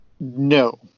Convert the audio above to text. No